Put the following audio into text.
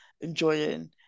enjoying